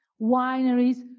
wineries